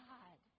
God